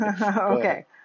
Okay